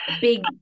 Big